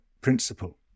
principle